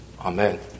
Amen